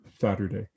Saturday